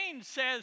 says